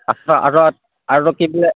আচ্ছা আৰু কি বোলে